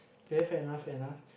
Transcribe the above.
fair enough fair enough